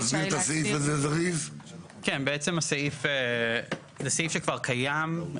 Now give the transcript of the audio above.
זה סעיף שכבר קיים,